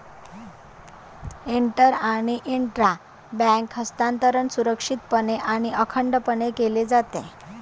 inter आणि intra bank हस्तांतरण सुरक्षितपणे आणि अखंडपणे केले जाते